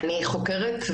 אני חוקרת,